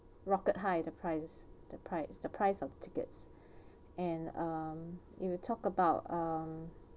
rocket high the price the price the price of tickets and um if you talk about um